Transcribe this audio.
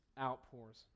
outpours